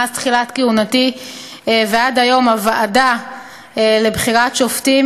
מאז תחילת כהונתי ועד היום הוועדה לבחירת שופטים